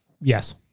Yes